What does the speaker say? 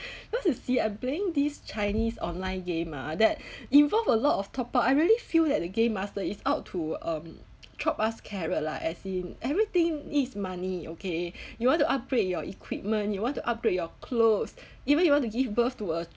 cause you see I blame these chinese online game ah that involve a lot of top up I really feel that the game master is out to um drop us carrot lah as in everything needs money okay you want to upgrade your equipment you want to upgrade your clothes even you want to give birth to a